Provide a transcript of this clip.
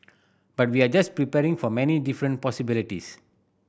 but we're just preparing for many different possibilities